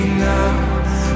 now